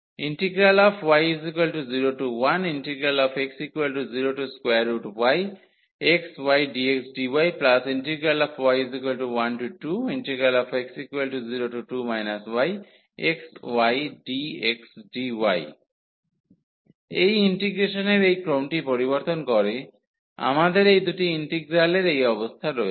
y01x0yxydxdyy12x02 yxydxdy এই ইন্টিগ্রেশনের এই ক্রমটি পরিবর্তন করে আমাদের এই দুটি ইন্টিগ্রালের এই অবস্থা রয়েছে